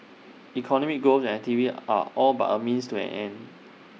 economic growth and T V are all but A means to an end